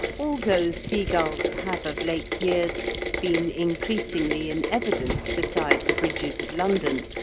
although seagulls have of late years been increasingly in evidence beside the bridges of london,